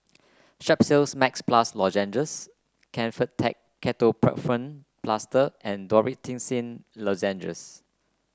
Strepsils Max Plus Lozenges Kefentech Ketoprofen Plaster and Dorithricin Lozenges